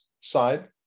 side